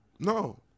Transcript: No